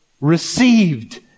received